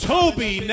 Toby